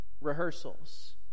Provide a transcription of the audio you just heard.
rehearsals